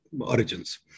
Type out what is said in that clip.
origins